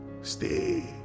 stay